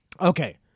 Okay